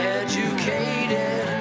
educated